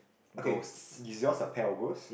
okay is yours a pair of ghost